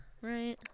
right